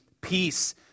Peace